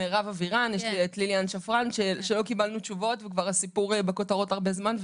לא קיבלנו תשובות והסיפור נמצא בכותרות הרבה זמן.